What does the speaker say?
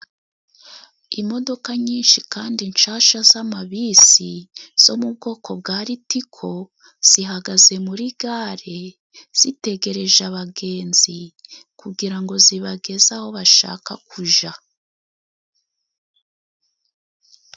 Imodoka nyinshi kandi nshasha z'amabisi zo mu bwoko bwa litiko zihagaze muri gare zitegereje abagenzi, kugira ngo zibageze aho bashaka kuja.